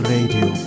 Radio